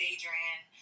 Adrian